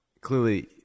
clearly